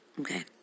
okay